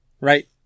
Right